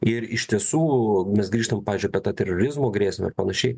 ir iš tiesų mes grįžtam pavyzdžiui apie tą terorizmo grėsmę ir panašiai